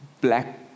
black